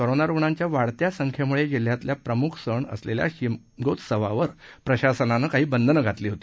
corona रुग्णांच्या वाढत्या संख्येमुळे जिल्ह्यातला प्रमुख सण असलेल्या शिमगोत्सवावर प्रशासनानं काही बंधनं घातली होती